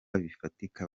bifatika